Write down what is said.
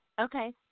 Okay